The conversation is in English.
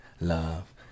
love